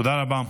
תודה רבה.